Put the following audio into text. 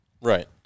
Right